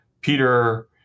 Peter